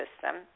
system